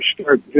start